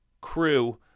crew